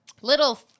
Little